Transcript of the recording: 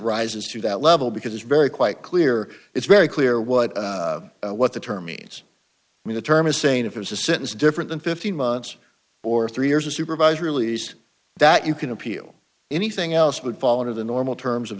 rises to that level because it's very quite clear it's very clear what what the term means me the term is saying if there's a sentence different than fifteen months or three years of supervised release that you can appeal anything else would fall under the normal terms of